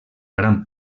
gran